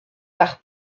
par